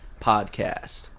podcast